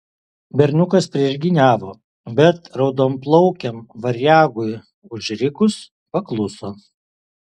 berniukas priešgyniavo bet raudonplaukiam variagui užrikus pakluso